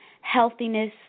healthiness